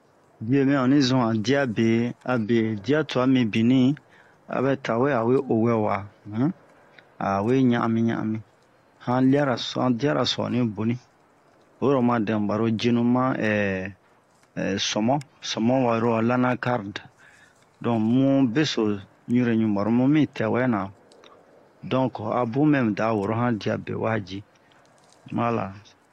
biyɛ mɛ ɔni zu han diya be a be diya tɔn mibini a bɛ tawɛ a'we o wɛwa a we jami jami han diyaraso ani boni oro'o ma dɛmu baro jenu ma sɔmɔ waro lanakardi donk mu beso jureju baro mu mi tɛwɛ na donk a bun mɛ da woro an diya be wa ji wala